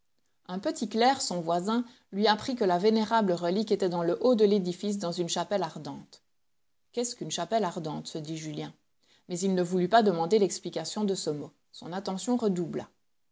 un petit clerc son voisin lui apprit que la vénérable relique était dans le haut de l'édifice dans une chapelle ardente qu'est-ce qu'une chapelle ardente se dit julien mais il ne voulut pas demander l'explication de ce mot son attention redoubla